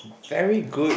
very good